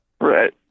Right